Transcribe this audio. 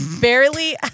barely